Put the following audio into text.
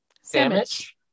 sandwich